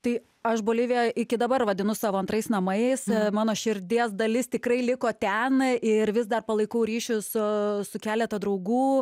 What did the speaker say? tai aš boliviją iki dabar vadinu savo antrais namais mano širdies dalis tikrai liko ten ir vis dar palaikau ryšius su su keleta draugų